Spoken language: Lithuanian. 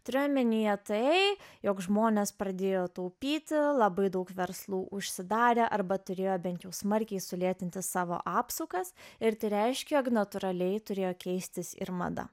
turiu omenyje tai jog žmonės pradėjo taupyti labai daug verslų užsidarė arba turėjo bent jau smarkiai sulėtinti savo apsukas ir tai reiškia jog natūraliai turėjo keistis ir mada